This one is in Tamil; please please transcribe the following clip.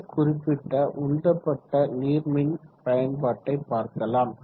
இந்த குறிப்பிட்ட உந்தப்பட்ட நீர்மின் பயன்பாட்டை பார்க்கலாம்